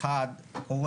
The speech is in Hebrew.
קודם כול,